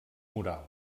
moral